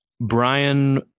Brian